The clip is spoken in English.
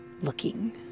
looking